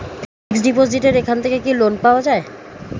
Fix ডিপোজিটের এখান থেকে কি লোন পাওয়া যায়?